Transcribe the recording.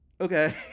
okay